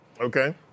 Okay